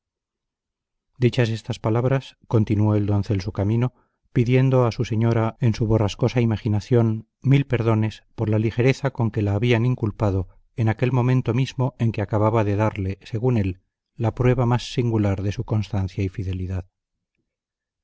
dichas estas palabras continuó el doncel su camino pidiendo a su señora en su borrascosa imaginación mil perdones por la ligereza con que la habían inculpado en aquel momento mismo en que acababa de darle según él la prueba más singular de su constancia y fidelidad